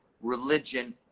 religion